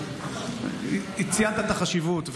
ציינת את החשיבות,